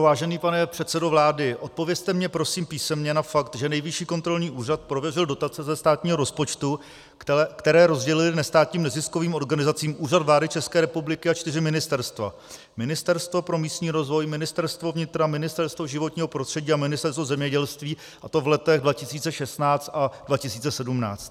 Vážený pane předsedo vlády, odpovězte mně prosím písemně na fakt, že Nejvyšší kontrolní úřad prověřil dotace ze státního rozpočtu, které rozdělil nestátním neziskovým organizacím Úřad vlády České republiky a čtyři ministerstva Ministerstvo pro místní rozvoj, Ministerstvo vnitra, Ministerstvo životního prostředí a Ministerstvo zemědělství, a to v letech 2016 a 2017.